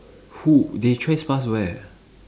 who they trespass where